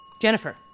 Jennifer